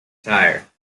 tyre